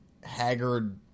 haggard